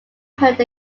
heard